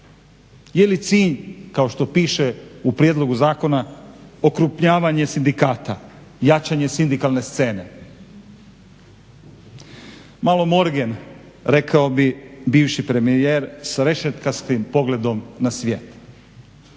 Je li cilj kao što piše u prijedlogu zakona okrupnjavanje sindikata, jačanje sindikalne scene. Malo morgen, rekao bi bivši premijer s rešetkastim pogledom na svijet.